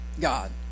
God